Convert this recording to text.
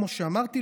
כמו שאמרתי,